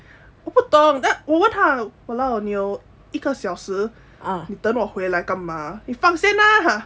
我不懂 then 我问他 !walao! 你有一个小时你等我回来干嘛你放先 lah center